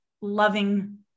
loving